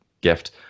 gift